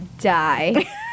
die